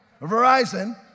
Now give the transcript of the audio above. Verizon